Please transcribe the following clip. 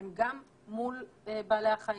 הם גם מול בעלי החיים,